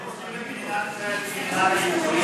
למה הם פוסלים את מדינת ישראל כמדינת היהודים?